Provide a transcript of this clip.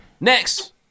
Next